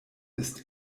ist